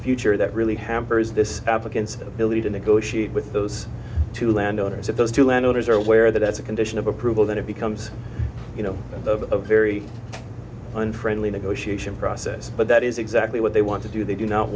future that really hampers this applicant's ability to negotiate with those two landowners if those two land owners are aware that it's a condition of approval then it becomes you know over a very unfriendly negotiation process but that is exactly what they want to do they do not